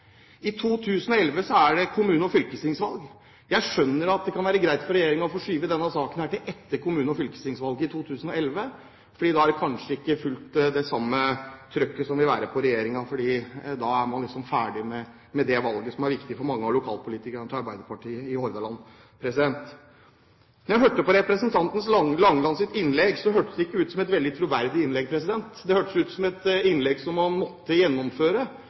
I 2011 er det kommune- og fylkestingsvalg. Jeg skjønner at det kan være greit for regjeringen å få skjøvet denne saken til etter kommune- og fylkestingsvalget i 2011, for da vil det kanskje ikke være fullt det samme trykket på regjeringen fordi man da er ferdig med det valget som er viktig for mange av lokalpolitikerne til Arbeiderpartiet i Hordaland. Jeg hørte på representanten Langelands innlegg. Det hørtes ikke ut som et veldig troverdig innlegg. Det hørtes ut som et innlegg som han måtte gjennomføre,